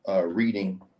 reading